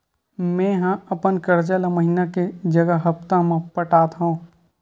मेंहा अपन कर्जा ला महीना के जगह हप्ता मा पटात हव